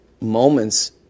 moments